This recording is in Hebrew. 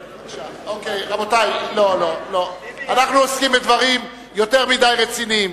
רבותי, אנחנו עוסקים בדברים יותר מדי רציניים.